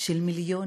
של מיליונים.